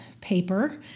paper